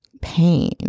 pain